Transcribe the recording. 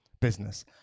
business